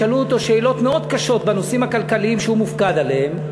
ישאלו אותו שאלות מאוד קשות בנושאים הכלכליים שהוא מופקד עליהם,